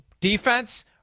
defense